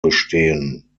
bestehen